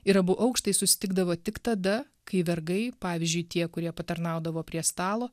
ir abu aukštai susitikdavo tik tada kai vergai pavyzdžiui tie kurie patarnaudavo prie stalo